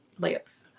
layups